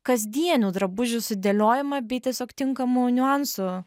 kasdienių drabužių sudėliojimą bei tiesiog tinkamų niuansų